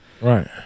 Right